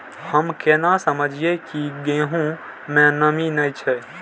हम केना समझये की गेहूं में नमी ने छे?